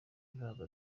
ibanga